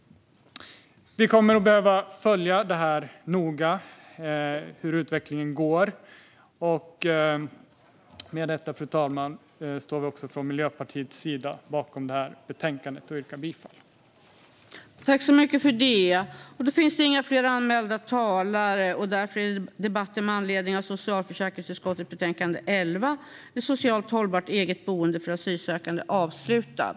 Vi kommer att behöva följa utvecklingen noga. Med detta, fru talman, ställer vi från Miljöpartiet oss bakom betänkandet och yrkar bifall till utskottets förslag.